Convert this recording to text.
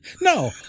No